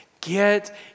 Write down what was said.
Get